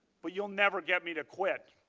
but you will never get me to quit.